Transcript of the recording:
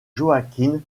joaquin